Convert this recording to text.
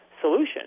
solution